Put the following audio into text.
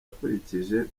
akurikije